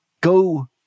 go